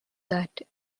that